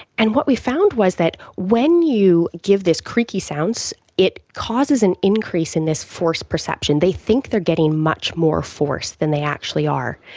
and what we found was that when you give this creaky sound it causes an increase in this force perception. they think they are getting much more force than they actually are.